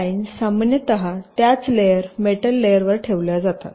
lines सामान्यत त्याच layer metal लेयरवर ठेवल्या जातात